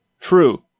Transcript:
True